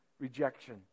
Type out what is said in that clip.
rejection